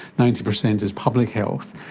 ninety percent is public health,